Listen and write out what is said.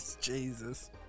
Jesus